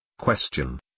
Question